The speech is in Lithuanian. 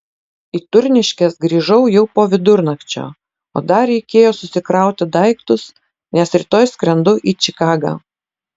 į turniškes grįžau jau po vidurnakčio o dar reikėjo susikrauti daiktus nes rytoj skrendu į čikagą